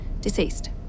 deceased